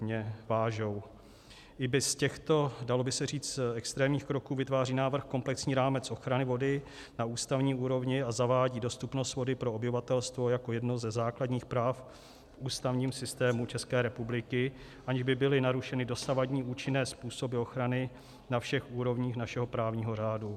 I bez těchto, dalo by se říct extrémních, kroků vytváří návrh komplexní rámec ochrany vody na ústavní úrovni a zavádí dostupnost vody pro obyvatelstvo jako jedno ze základních práv v ústavním systému České republiky, aniž by byly narušeny dosavadní účinné způsoby ochrany na všech úrovních našeho právního řádu.